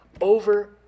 over